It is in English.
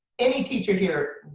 any teacher here,